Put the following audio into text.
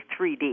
3D